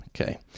Okay